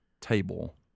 table